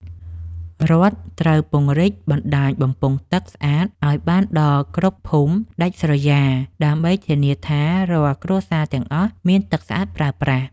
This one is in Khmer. រដ្ឋត្រូវពង្រីកបណ្តាញបំពង់ទឹកស្អាតឱ្យបានដល់គ្រប់ភូមិដាច់ស្រយាលដើម្បីធានាថារាល់គ្រួសារទាំងអស់មានទឹកស្អាតប្រើប្រាស់។